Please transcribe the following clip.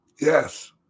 Yes